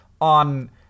on